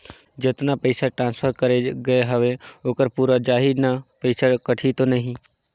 जतना पइसा ट्रांसफर करे गये हवे ओकर पूरा जाही न पइसा कटही तो नहीं?